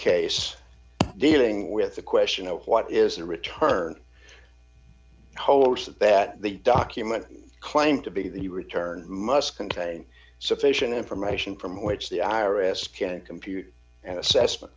case dealing with the question of what is the return host that that the document claimed to be the return must contain sufficient information from which the i r s can compute an assessment